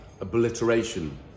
obliteration